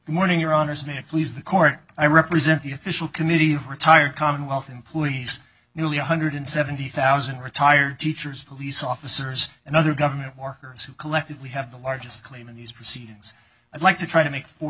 time morning your honor snake please the court i represent the official committee of retired commonwealth employees nearly one hundred seventy thousand retired teachers police officers and other government workers who collectively have the largest claim in these proceedings i'd like to try to make four